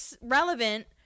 relevant